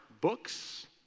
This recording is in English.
books